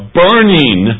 burning